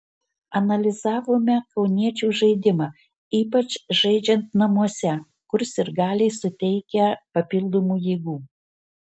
analizavome kauniečių žaidimą ypač žaidžiant namuose kur sirgaliai suteikia papildomų jėgų